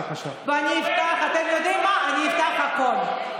אתם יודעים מה, אני אפתח הכול.